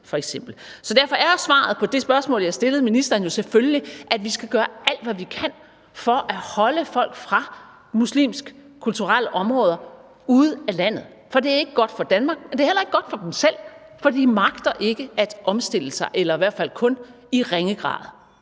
Derfor er svaret på det spørgsmål, jeg stillede ministeren, jo selvfølgelig, at vi skal gøre alt, hvad vi kan, for at holde folk fra muslimsk kulturelle områder ude af landet, for det er ikke godt for Danmark, og det er heller ikke godt for dem selv, for de magter ikke at omstille sig – eller i hvert fald kun i ringe grad.